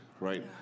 Right